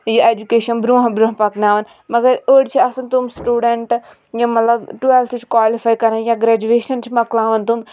یہِ اؠجُکیٖشَن برونٛہہ برونٛہہ پَکناوان مگر أڈۍ چھِ آسان تِم سٹوٗڈَنٛٹ یِم مَطلَب ٹُوؠلتھٕ چھِ کالِفاے کَران یا گَرجِویشَن چھِ مَکلاوان تِم